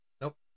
Nope